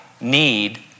need